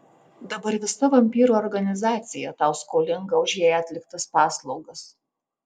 dabar visa vampyrų organizacija tau skolinga už jai atliktas paslaugas